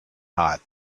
hot